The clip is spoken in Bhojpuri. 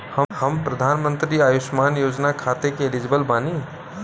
हम प्रधानमंत्री के अंशुमान योजना खाते हैं एलिजिबल बनी?